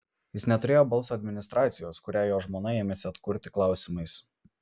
jis neturėjo balso administracijos kurią jo žmona ėmėsi atkurti klausimais